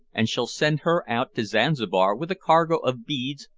and shall send her out to zanzibar with a cargo of beads,